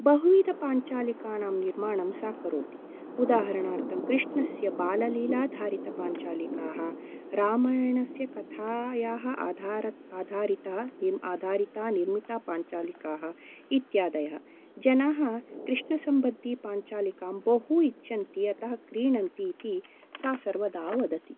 बहुविधपाञ्चालिकानां निर्माणं सा करोति उदाहरणार्थं कृष्णस्य बाललीलाधारितपाञ्चालिकाः रामायणस्य कथायाः आधार आधारिता आधारिता निर्मिता पाञ्चालिकाः इत्यादयः जनाः कृष्णसम्बद्धीपाञ्चालिकां बहु इच्छन्ति अतः क्रीणन्ति इति सा सर्वदा वदति